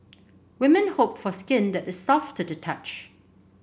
women hope for skin that is soft to the touch